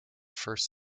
first